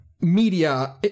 media